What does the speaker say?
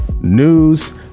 news